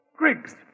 Griggs